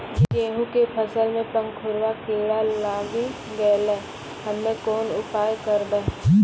गेहूँ के फसल मे पंखोरवा कीड़ा लागी गैलै हम्मे कोन उपाय करबै?